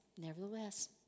nevertheless